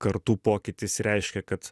kartų pokytis reiškia kad